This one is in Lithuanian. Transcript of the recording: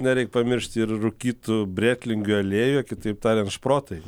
nereik pamiršti ir rūkytų brėtling aliejų kitaip tariant šprotai